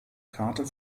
karte